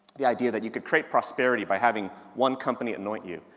the idea that you could create prosperity by having one company anoint you,